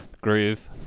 Groove